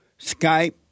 Skype